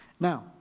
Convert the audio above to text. Now